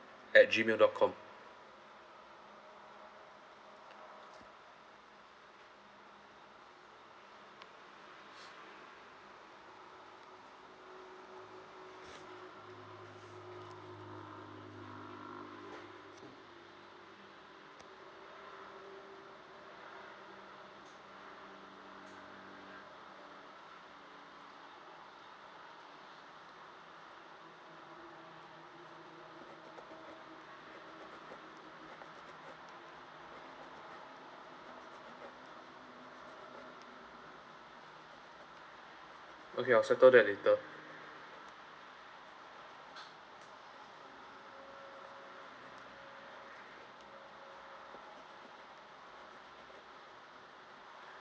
at gmail dot com